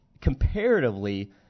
comparatively